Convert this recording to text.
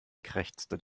krächzte